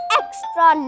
extra